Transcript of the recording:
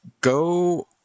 go